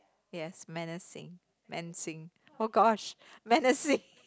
yes menacing man sing oh gosh menacing